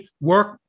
work